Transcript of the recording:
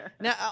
now